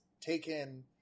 taken